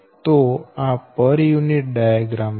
તોઆ પર unit diagram છે